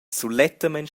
sulettamein